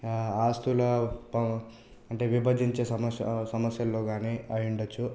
ఆస్తుల ప అంటే విభజించే సమస్య సమస్యల్లో గానీ అయుండచ్చు